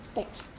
Thanks